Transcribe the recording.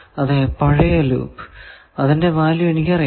അതെ പഴയ ലൂപ്പ് അതിന്റെ വാല്യൂ എനിക്കറിയാം